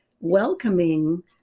welcoming